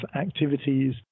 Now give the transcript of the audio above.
activities